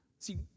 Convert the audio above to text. See